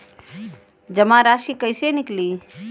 जमा राशि कइसे निकली?